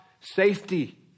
safety